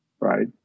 Right